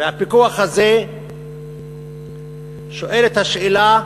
הפיקוח הזה שואל את השאלה,